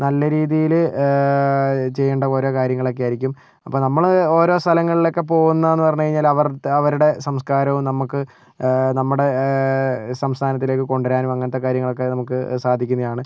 നല്ല രീതിയില് ചെയ്യേണ്ട ഓരോ കാര്യങ്ങളൊക്കെ ആയിരിക്കും അപ്പം നമ്മള് ഓരോ സ്ഥലങ്ങളിലൊക്കെ പോകുന്നതെന്ന് പറഞ്ഞു കഴിഞ്ഞാല് അവർ അവരുടെ സംസ്കാരവും നമുക്ക് നമ്മുടെ സംസ്ഥാനത്തിലേക്ക് കൊണ്ടു വരാനും അങ്ങനത്തെ കാര്യങ്ങളൊക്കെ നമുക്ക് സാധിക്കുന്നതാണ്